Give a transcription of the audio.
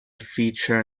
feature